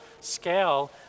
scale